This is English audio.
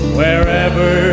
wherever